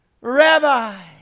Rabbi